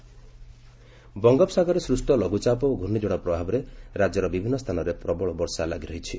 ପାଣିପାଗ ବଙ୍ଗୋପସାଗରରେ ସୃଷ୍ଟ ଲଗୁଚାପ ଓ ଘୁର୍ଷ୍ଣିଝଡ଼ ପ୍ରଭାବରେ ରାଜ୍ୟର ବିଭିନ୍ନ ସ୍ଥାନରେ ପ୍ରବଳ ବର୍ଷା ଲାଗି ରହିଛି